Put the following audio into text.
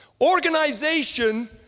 organization